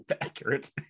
accurate